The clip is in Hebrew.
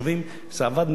זה עבד נהדר במחשבים,